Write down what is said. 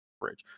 bridge